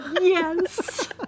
Yes